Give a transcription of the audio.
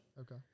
Okay